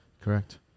Correct